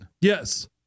Yes